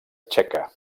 txeca